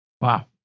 Wow